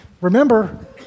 remember